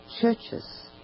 churches